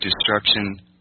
destruction